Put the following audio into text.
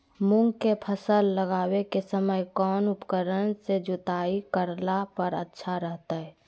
मूंग के फसल लगावे के समय कौन उपकरण से जुताई करला पर अच्छा रहतय?